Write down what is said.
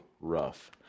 rough